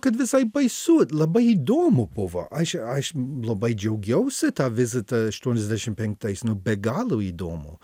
kad visai baisu labai įdomu buvo aš aš labai džiaugiausi tą vizitą aštuoniasdešim penktais nu be galo įdomu